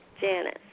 Janice